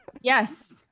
Yes